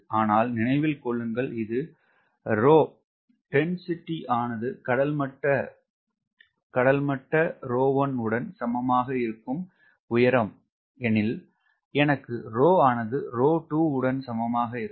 ஆனால் நினைவில் கொள்ளுங்கள் இது ρ ஆனது கடல்மட்ட ρ1 உடன் சமமாக இருக்கும் உயரம் எனில் எனக்கு ρ ஆனது ρ2 உடன் சமமாக இருக்கும்